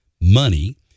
money